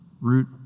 root